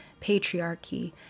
patriarchy